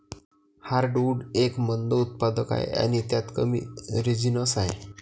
heartwood एक मंद उत्पादक आहे आणि त्यात कमी रेझिनस आहे